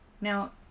now